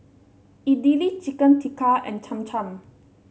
Idili Chicken Tikka and Cham Cham